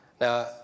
Now